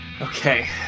Okay